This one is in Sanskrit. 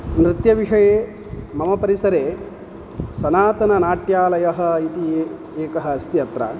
नृत्यविषये मम परिसरे सनातननाट्यालयः इति ए एकः अस्ति अत्र